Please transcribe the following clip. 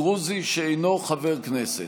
דרוזי שאינו חבר כנסת.